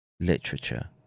literature